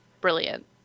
brilliant